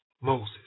Moses